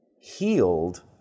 healed